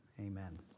Amen